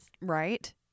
Right